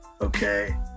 okay